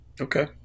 Okay